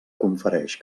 confereix